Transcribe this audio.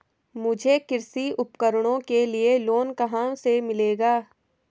मुझे कृषि उपकरणों के लिए लोन कहाँ से मिलेगा?